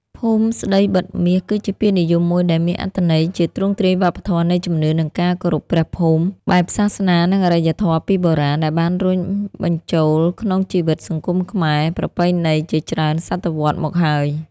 ភូមិស្តីបិទមាស គឺជាពាក្យនិយមមួយដែលមានអត្ថន័យជាទ្រង់ទ្រាយវប្បធម៌នៃជំនឿ និងការគោរពព្រះភូមិ បែបសាសនានិងអរិយធម៌ពីបុរាណ ដែលបានរុញបញ្ចូលក្នុងជីវិតសង្គមខ្មែរប្រពៃណីជាច្រើនសតវត្សរ៍មកហើយ។